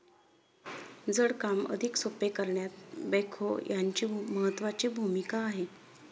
जड काम अधिक सोपे करण्यात बेक्हो यांची महत्त्वाची भूमिका आहे